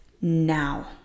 now